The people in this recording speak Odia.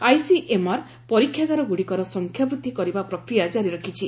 ଆଇସିଏମ୍ଆର୍ ପରୀକ୍ଷାଗାର ଗୁଡ଼ିକର ସଂଖ୍ୟା ବୃଦ୍ଧି କରିବା ପ୍ରକ୍ରିୟା କାରି ରଖିଛି